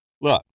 look